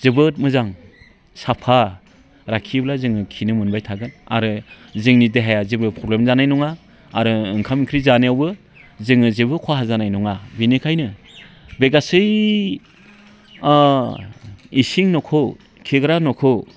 जोबोद मोजां साफा लाखियोब्ला जोङो खिनो मोनबाय थागोन आरो जोंनि देहाया जेबो प्रब्लेम जानाय नङा आरो ओंखाम ओंख्रि जानायावबो जोङो जेबो खहा जानाय नङा बिनिखायनो बे गासै इसिं न'खौ खिग्रा न'खौ